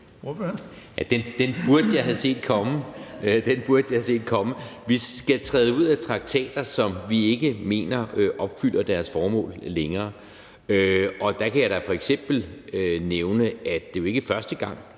Den burde jeg have set komme. Vi skal træde ud af traktater, som vi ikke mener opfylder deres formål længere, og der kan jeg da f.eks. nævne, at det jo ikke er første gang,